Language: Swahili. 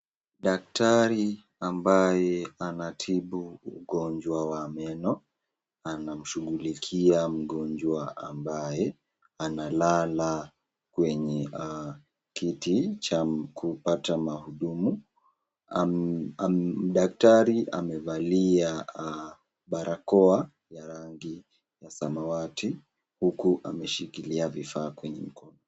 Dakatari ambaye anatibu ugonjwa wa meno, anamshughulikia mgonjwa ambaye, analala kwenye kitu cha kupata mahudumu, daktari amevalia barakoa ya rangi ya samawati, huku ameshikilia vifaa kwenye mkono.